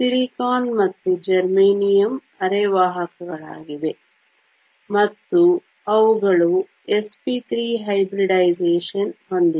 silicon ಮತ್ತು germanium ಅರೆವಾಹಕಗಳಾಗಿವೆ ಮತ್ತು ಅವುಗಳು sp3 ಮಿಶ್ರತಳಿಗಳನ್ನು ಹೊಂದಿವೆ